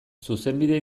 zuzenbide